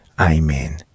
Amen